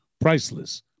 Priceless